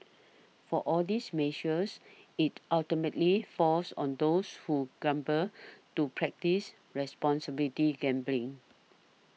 for all these measures it ultimately falls on those who gamble to practise responsible gambling